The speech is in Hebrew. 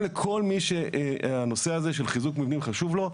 לכל מי שהנושא הזה של חיזוק מבנים חשוב לו.